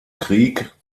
krieg